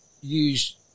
use